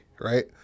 right